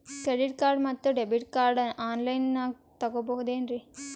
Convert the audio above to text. Credit card ಮತ್ತು debit card ಆನ್ ಲೈನಾಗ್ ತಗೋಬಹುದೇನ್ರಿ?